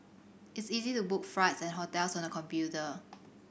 it's easy to book flights and hotels on the computer